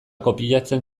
kopiatzen